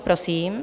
Prosím.